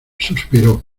suspiró